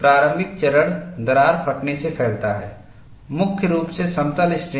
प्रारंभिक चरण दरार फटने से फैलता है मुख्य रूप से समतल स्ट्रेन